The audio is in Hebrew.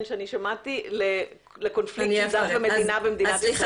שאני שמעתי לקונפליקט דת ומדינה במדינת ישראל.